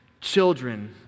children